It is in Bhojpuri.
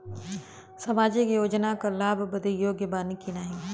सामाजिक योजना क लाभ बदे योग्य बानी की नाही?